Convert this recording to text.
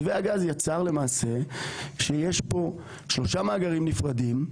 מתווה הגז יצר למעשה שיש פה שלושה מאגרים נפרדים: